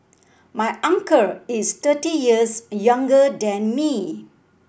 my uncle is thirty years younger than me